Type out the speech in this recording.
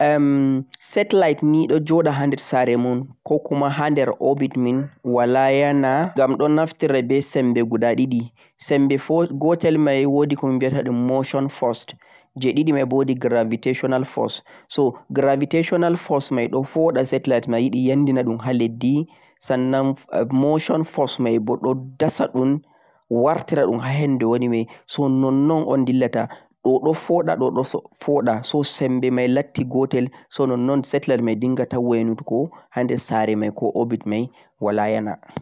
satellite nei don jodda haa der saare mon ko kuma hander office min wala yaana gham don naftire be sembe be guda didi sembe gotel mei woodi humboo betadhum motion force jeedidi mei woodi gravitational force so gravitational force mei don foo wada satellite mei yidi nadhum haa leddi sanan mortion force mei boodho dasa dho wartira dhum haa henduu woona mei so non-non o'n dillata dho don foodha so sembi mei latti gotel so non-non satellite mei dinghata wainatu gho hander saare mei ko ovit mei wala yana